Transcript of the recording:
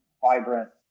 vibrant